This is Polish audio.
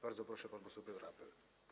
Bardzo proszę, pan poseł Piotr Apel.